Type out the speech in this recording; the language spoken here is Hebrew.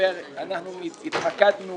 התמקדנו